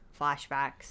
flashbacks